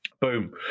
Boom